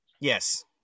Yes